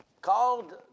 called